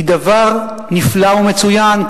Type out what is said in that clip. היא דבר נפלא ומצוין,